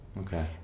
Okay